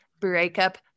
breakup